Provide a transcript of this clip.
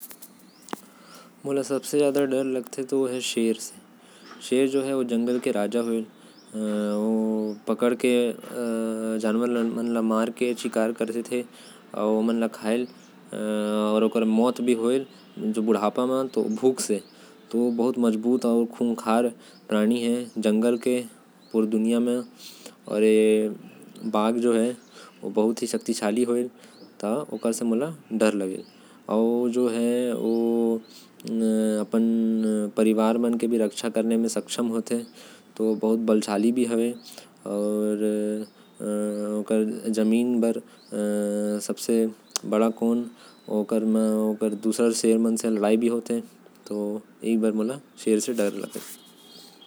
मोला बहुते डर शेर से लगथे। काबर की ओ हर जंगल के राजा होथे अउ मांसाहारी होथे। ओ हर मरेल भी तो भूख से तड़प के मरेल बुढातपरिया म। अपन परिवार के रक्षा करे भी ओ हर हमेषा खड़ा रहेल।